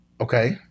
Okay